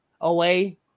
away